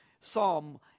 psalm